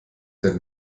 der